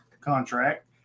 contract